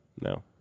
no